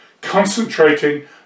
concentrating